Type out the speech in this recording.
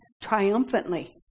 triumphantly